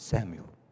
Samuel